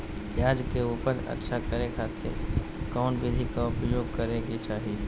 प्याज के उपज अच्छा करे खातिर कौन विधि के प्रयोग करे के चाही?